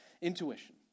intuition